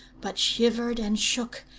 but shivered and shook,